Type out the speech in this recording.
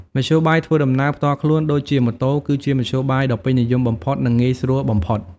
មធ្យោបាយធ្វើដំណើរផ្ទាល់ខ្លួនដូចជាម៉ូតូគឺជាមធ្យោបាយដ៏ពេញនិយមបំផុត និងងាយស្រួលបំផុត។